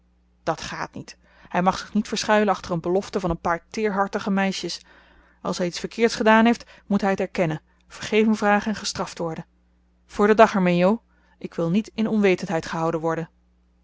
dat gaat niet hij mag zich niet verschuilen achter een belofte van een paar teerhartige meisjes als hij iets verkeerds gedaan heeft moet hij het erkennen vergeving vragen en gestraft worden voor den dag er mee jo ik wil niet in onwetendheid gehouden worden